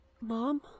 Mom